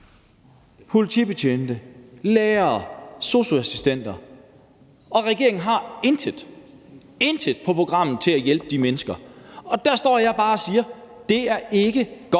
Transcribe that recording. politibetjente, lærere, sosu-assistenter – og regeringen har intet, intet på programmet til at hjælpe de mennesker. Der står jeg bare og siger: Det er ikke godt